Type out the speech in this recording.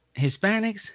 Hispanics